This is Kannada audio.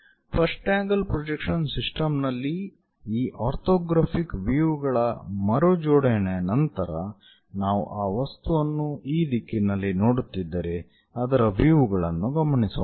ಫಸ್ಟ್ ಆಂಗಲ್ ಪ್ರೊಜೆಕ್ಷನ್ ಸಿಸ್ಟಮ್ ನಲ್ಲಿ ಈ ಆರ್ಥೋಗ್ರಾಫಿಕ್ ವ್ಯೂ ಗಳ ಮರುಜೋಡಣೆಯ ನಂತರ ನಾವು ಆ ವಸ್ತುವನ್ನು ಈ ದಿಕ್ಕಿನಲ್ಲಿ ನೋಡುತ್ತಿದ್ದರೆ ಅದರ ವ್ಯೂ ಗಳನ್ನು ಗಮನಿಸೋಣ